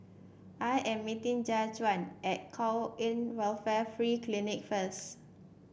I am meeting Jajuan at Kwan In Welfare Free Clinic first